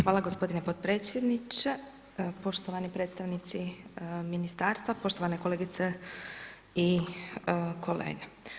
Hvala g. potpredsjedniče, poštovani predstavnici ministarstva, poštovane kolegice i kolege.